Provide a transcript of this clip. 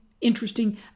interesting